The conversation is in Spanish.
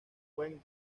buen